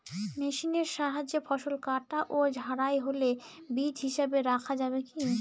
মেশিনের সাহায্যে ফসল কাটা ও ঝাড়াই হলে বীজ হিসাবে রাখা যাবে কি?